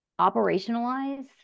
operationalize